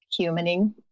humaning